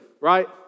right